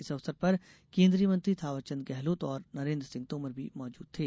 इस अवसर पर केन्द्रीय मंत्री थांवरचंद गेहलोत और नरेन्द्र सिंह तोमर भी मौजूद थे